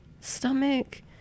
stomach